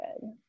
good